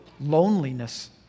loneliness